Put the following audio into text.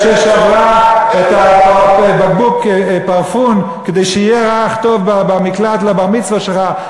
ששברה בקבוק פרפיום כדי שיהיה ריח טוב במקלט לכבוד הבר-מצווה שלו,